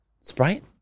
Sprite